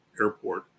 airport